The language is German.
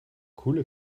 coole